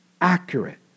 accurate